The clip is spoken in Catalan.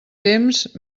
temps